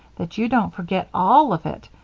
that you didn't forget all of it,